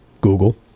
Google